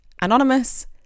anonymous